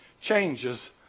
changes